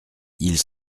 ils